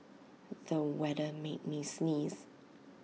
the weather made me sneeze